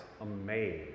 amazed